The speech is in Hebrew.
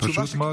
פשוט מאוד,